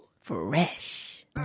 fresh